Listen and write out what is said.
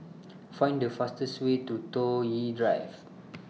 Find The fastest Way to Toh Yi Drive